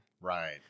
Right